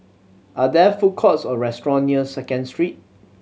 are there food courts or restaurant near Second Street